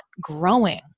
growing